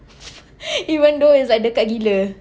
even though it's like dekat gila